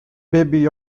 baby